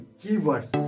keywords